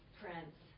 prince